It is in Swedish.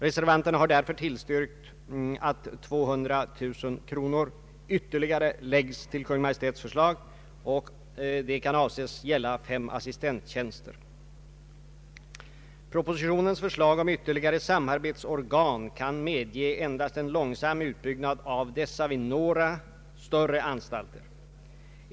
Reservanterna har därför tillstyrkt att ytterligare 200000 kronor läggs till Kungl. Maj:ts förslag, att användas till fem assistenttjänster. Propositionens förslag om ytterligare samarbetsorgan kan medge endast en långsam utbyggnad av dessa vid några större anstalter.